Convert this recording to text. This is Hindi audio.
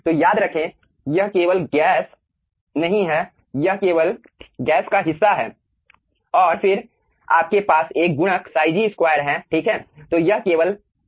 तो याद रखें यह केवल गैस नहीं है यह केवल गैस का हिस्सा है और फिर आपके पास एक गुणक ϕg 2 है ठीक है